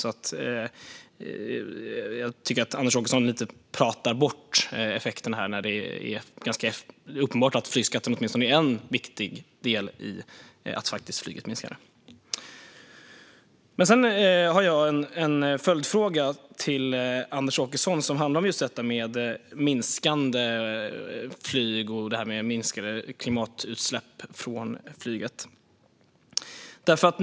Det är ganska uppenbart att flygskatten åtminstone är en viktig del i att flyget minskar, och jag tycker därför att Anders Åkesson lite grann pratar bort effekterna. Jag har en följdfråga till Anders Åkesson som handlar just om minskande flyg och minskade klimatutsläpp från flyget.